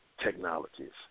technologies